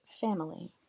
family